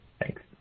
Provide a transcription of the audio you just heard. Thanks